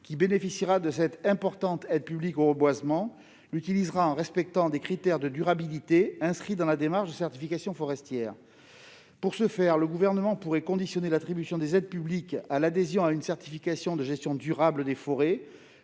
qui bénéficiera de cette importante aide publique au reboisement l'utilisera en respectant des critères de durabilité inscrits dans la démarche de certification forestière. Pour ce faire, le Gouvernement pourrait conditionner l'attribution des aides publiques à l'adhésion à une certification de gestion durable des forêts,